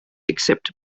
except